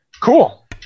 Cool